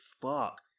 fuck